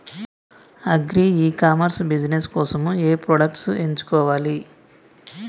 Agri e commerce business కోసము ఏ products ఎంచుకోవాలి?